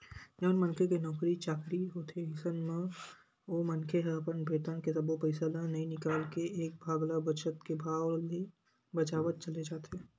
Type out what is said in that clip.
जउन मनखे के नउकरी चाकरी होथे अइसन म ओ मनखे ह अपन बेतन के सब्बो पइसा ल नइ निकाल के एक भाग ल बचत के भाव ले बचावत चले जाथे